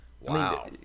Wow